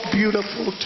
beautiful